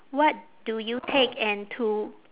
what do you take and to